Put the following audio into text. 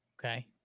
Okay